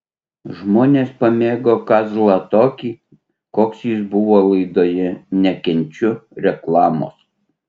žmonės pamėgo kazlą tokį koks jis buvo laidoje nekenčiu reklamos